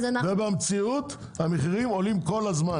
ובמציאות המחירים עולים כל הזמן,